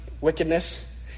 wickedness